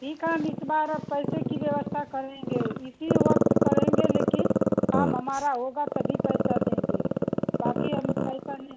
ठीक है हम इस बार अब पैसे की व्यवस्था करेंगे इसी वक्त करेंगे लेकिन काम हमारा होगा तभी पैसा देंगे बाकी हम पैसा नहीं